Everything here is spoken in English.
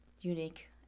unique